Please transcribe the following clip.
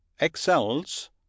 excels